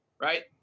Right